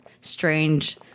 strange